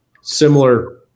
Similar